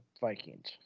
Vikings